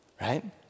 Right